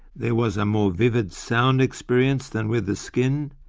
there was a more vivid sound experience than with the skin,